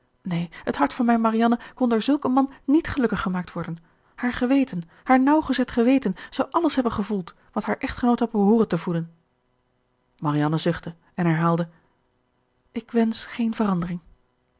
neen het hart van mijne marianne kon door zulk een man niet gelukkig gemaakt worden haar geweten haar nauwgezet geweten zou alles hebben gevoeld wat haar echtgenoot had behooren te voelen marianne zuchtte en herhaalde ik wensch geene verandering